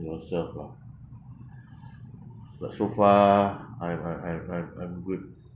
yourself lah but so far I'm I'm I'm I'm I'm good